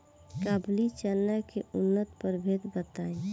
काबुली चना के उन्नत प्रभेद बताई?